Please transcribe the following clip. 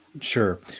sure